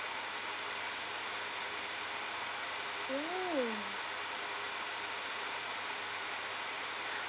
mm